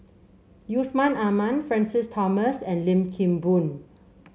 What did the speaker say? Yusman Aman Francis Thomas and Lim Kim Boon